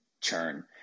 churn